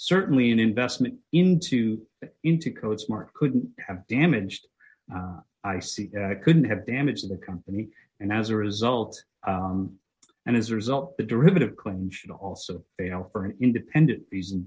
certainly an investment into into coach mark couldn't have damaged i see it couldn't have damaged the company and as a result and as a result the derivative clinton should also fail for an independent